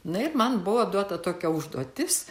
nu ir man buvo duota tokia užduotis